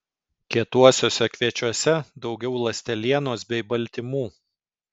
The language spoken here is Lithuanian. kietuosiuose kviečiuose daugiau ląstelienos bei baltymų